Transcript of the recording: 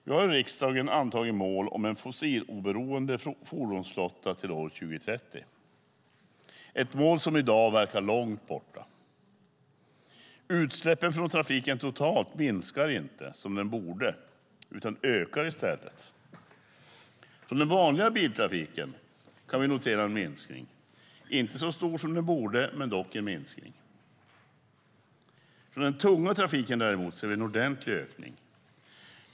Vi har i riksdagen antagit mål om en fossiloberoende fordonsflotta till år 2030, ett mål som i dag verkar långt borta. Utsläppen från trafiken totalt minskar inte som de borde utan ökar i stället. Från den vanliga biltrafiken kan vi notera en minskning, inte så stor som den borde men dock en minskning. Från den tunga trafiken däremot ser vi en ordentlig ökning.